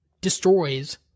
destroys